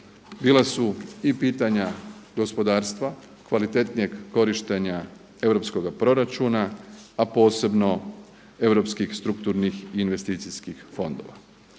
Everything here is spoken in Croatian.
bila su i pitanja gospodarstva, kvalitetnijeg korištenja europskoga proračuna a posebno europskih strukturnih i investicijskih fondova.